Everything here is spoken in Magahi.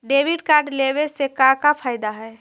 डेबिट कार्ड लेवे से का का फायदा है?